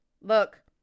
look